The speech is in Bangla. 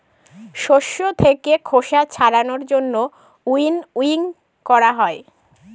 শস্য থাকে খোসা ছাড়ানোর জন্য উইনউইং করা হয়